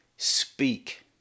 Speak